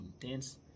intense